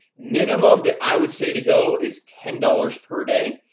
minimum that i would say to go is ten dollars per day.